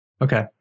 Okay